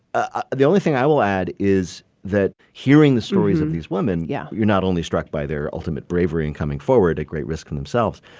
ah the only thing i will add is that hearing the stories of these women. yeah. you're not only struck by their ultimate bravery in coming forward at great risk of themselves,